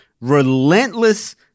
relentless